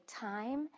time